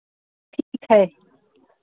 ठीक है